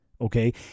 Okay